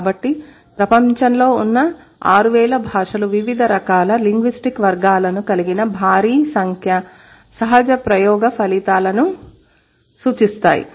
కాబట్టి ప్రపంచంలో ఉన్న 6000 భాషలు వివిధ రకాల లింగ్విస్టిక్ వర్గాలను కలిగిన భారీ సంఖ్య సహజ ప్రయోగాల ఫలితాలను సూచిస్తాయి